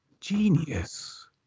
genius